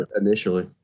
Initially